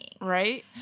Right